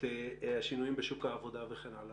את השינויים בשוק העבודה וכן הלאה,